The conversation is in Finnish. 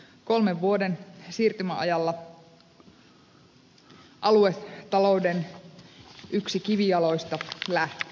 kolmen vuoden siirtymäajalla aluetalouden yksi kivijaloista lähtee